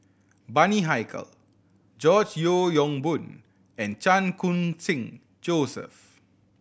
Bani Haykal George Yeo Yong Boon and Chan Khun Sing Joseph